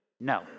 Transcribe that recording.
No